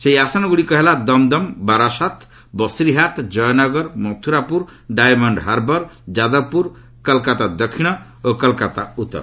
ସେହି ଆସନଗ୍ରଡ଼ିକ ହେଲା ଦମ୍ଦମ୍ ବାରାସାତ୍ ବସିରିହାଟ ଜୟନଗର ମଥୁରାପୁର ଡାଏମଣ୍ଡ୍ ହାରବର୍ ଯାଦବପୁର କଲ୍କାତା ଦକ୍ଷିଣ ଓ କଲ୍କାତା ଉତ୍ତର